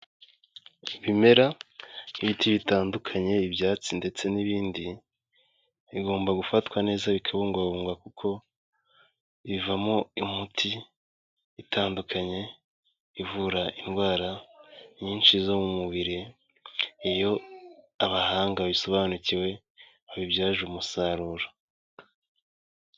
Ibimera nk'ibiti bitandukanye ibyatsi ndetse n'ibindi bigomba gufatwa neza bikabungabungwa kuko bivamo imiti itandukanye ivura indwara nyinshi zo mu mubiri iyo abahanga babisobanukiwe babibyaje umusaruro.